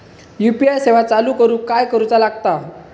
UPI सेवा चालू करूक काय करूचा लागता?